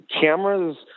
cameras